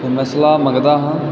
ਹੁਣ ਮੈਂ ਸਲਾਹ ਮੰਗਦਾ ਹਾਂ